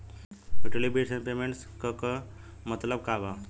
Utility bills and payments क मतलब का बा?